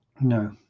No